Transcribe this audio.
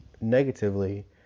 negatively